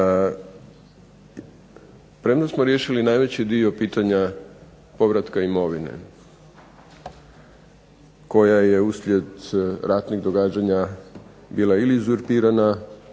Premda smo riješili najveći dio pitanja povratka imovine koja je uslijed ratnih događanja bila ili uzurpirana